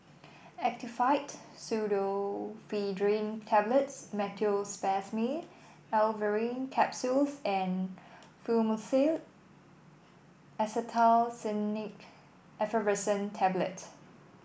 Actifed Pseudoephedrine Tablets Meteospasmyl Alverine Capsules and Fluimucil Acetylcysteine Effervescent Tablets